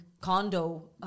condo